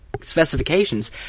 specifications